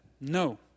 No